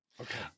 Okay